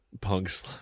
Punk's